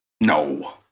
No